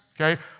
okay